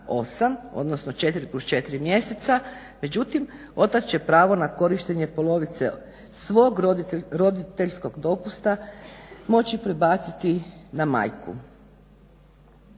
odnosno 4+4 mjeseca. Međutim, otac će pravo na korištenje polovice svog roditeljskog dopusta moći prebaciti na majku.